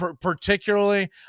particularly